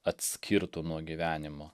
atskirtų nuo gyvenimo